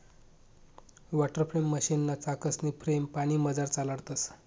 water frame मशीनना चाकसनी frame पानीमझार चालाडतंस